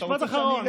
אתה רוצה שאני ארד?